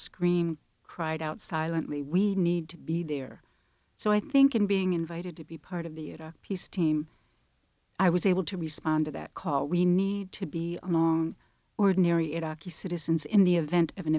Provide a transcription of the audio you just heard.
scream cried out silently we need to be there so i think in being invited to be part of the peace team i was able to respond to that call we need to be among ordinary iraqi citizens in the event of an